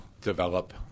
develop